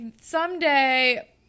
someday –